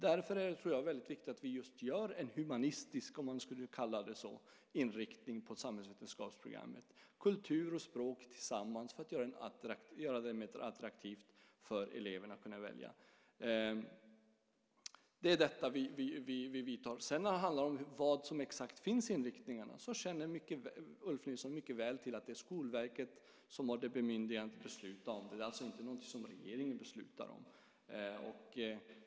Därför tror jag att det är väldigt viktigt att vi gör en humanistisk, om vi kallar den så, inriktning på samhällsvetenskapsprogrammet med kultur och språk tillsammans för att göra det mer attraktivt för eleverna att välja. När det handlar om vad som exakt finns i inriktningarna, så känner Ulf Nilsson mycket väl till att det är Skolverket som har fått bemyndigandet att besluta om det. Det är alltså ingenting som regeringen beslutar om.